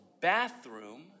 bathroom